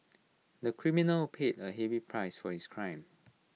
the criminal paid A heavy price for his crime